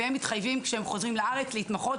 והם מתחייבים כשהם חוזרים לארץ להתמחות